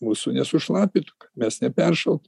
mūsų nesušlapintų kad mes neperšaltume